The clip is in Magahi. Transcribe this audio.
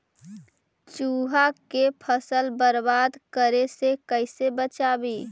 चुहा के फसल बर्बाद करे से कैसे बचाबी?